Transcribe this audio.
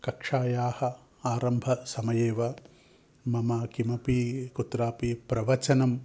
कक्षायाः आरम्भसमये एव मम किमपि कुत्रापि प्रवचनं